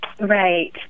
Right